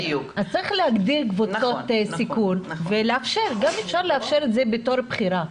אז צריך להגדיר קבוצות סיכון וגם אפשר לאפשר את זה בתור בחירה.